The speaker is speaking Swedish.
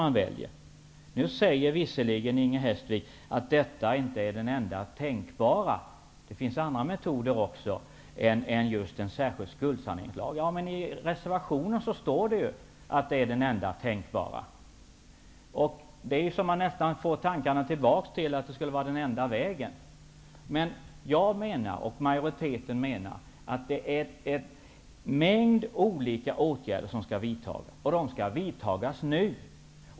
Inger Hestvik säger visserligen att en särskild skuldsaneringslag inte är den enda tänkbara metoden. I reservationen står det att det är den enda tänkbara metoden. Det för nästan tankarna till att det skulle vara den enda vägen. Jag och majoriteten menar att en mängd olika åtgärder skall vidtas, och de skall vidtas nu.